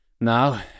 Now